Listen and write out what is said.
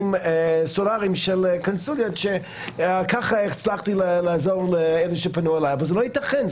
סלולריים של קונסוליות וכך הצלחתי לעזור לאלה שפנו אלי אבל זה לא יתכן.